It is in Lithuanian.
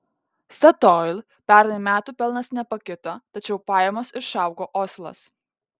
statoil pernai metų pelnas nepakito tačiau pajamos išaugo oslas